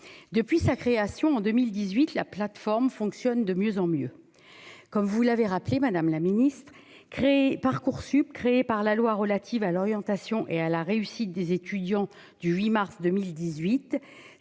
depuis sa création en 2018 la plateforme fonctionne de mieux en mieux comme vous l'avez rappelé : Madame la Ministre, crée Parcoursup créé par la loi relative à l'orientation et à la réussite des étudiants du 8 mars 2018,